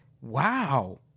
Wow